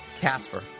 Casper